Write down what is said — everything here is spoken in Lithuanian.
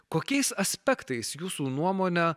kokiais aspektais jūsų nuomone